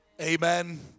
Amen